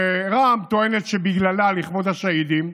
ורע"מ טוענת שזה בגללה, לכבוד השהידים.